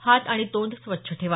हात आणि तोंड स्वच्छ ठेवा